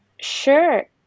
sure